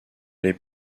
les